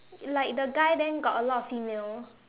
like the guy then got a lot of female